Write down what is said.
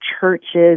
churches